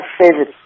favorite